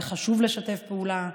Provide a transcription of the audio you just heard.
וחשוב לשתף פעולה.